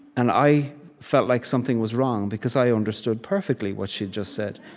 and i felt like something was wrong, because i understood perfectly what she'd just said,